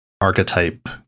archetype